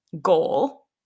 goal